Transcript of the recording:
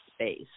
space